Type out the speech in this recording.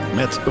met